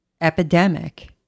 epidemic